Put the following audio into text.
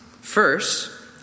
First